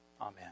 Amen